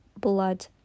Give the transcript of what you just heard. blood